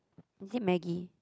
is it Maggie